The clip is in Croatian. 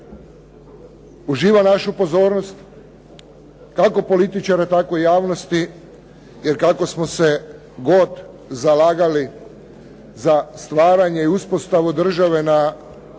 uživa našu pozornost, kako političara tako i javnosti. Jer kako smo se god zalagali za stvaranja i uspostavu države na